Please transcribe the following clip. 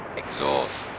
exhaust